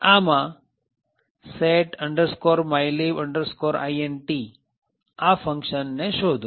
આ માં set mylib int આ ફંક્શન ને શોધો